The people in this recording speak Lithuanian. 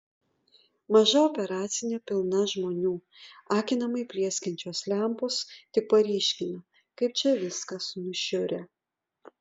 maža operacinė pilna žmonių akinamai plieskiančios lempos tik paryškina kaip čia viskas nušiurę